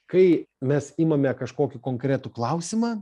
kai mes imame kažkokį konkretų klausimą